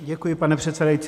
Děkuji, pane předsedající.